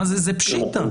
זה פשיטה.